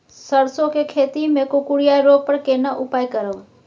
सरसो के खेती मे कुकुरिया रोग पर केना उपाय करब?